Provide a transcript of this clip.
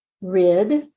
Rid